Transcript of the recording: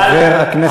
חבר הכנסת אוחיון,